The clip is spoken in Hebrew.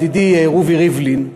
ידידי רובי ריבלין,